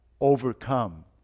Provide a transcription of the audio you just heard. overcome